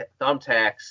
thumbtacks